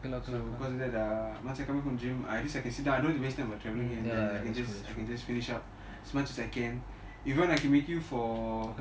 so cause of that uh must I must come to gym at least I can sit down I don't have to waste time traveling here and there I can just finish up as much as a can if you want I can meet you for